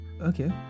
okay